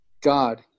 God